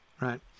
right